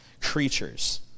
creatures